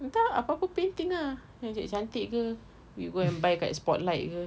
entah apa-apa painting ah yang cantik-cantik ke you go and buy kat Spotlight ke